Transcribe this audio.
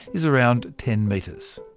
is around ten metres.